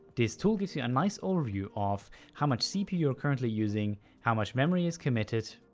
this tool gives you a nice overview of how much cpu you're currently using, how much memory is committed,